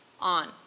on